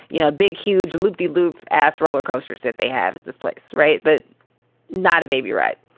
you know, big, huge loop de loop ass roller coasters that they have at this place. right. but not a baby. right.